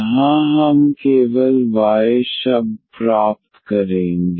यहाँ हम केवल y शब्द प्राप्त करेंगे